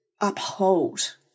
uphold